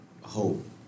hope